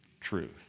truth